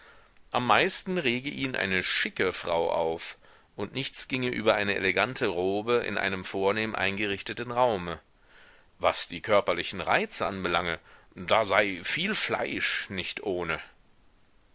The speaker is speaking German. am meisten rege ihn eine schicke frau auf und nichts ginge über eine elegante robe in einem vornehm eingerichteten raume was die körperlichen reize anbelange da sei viel fleisch nicht ohne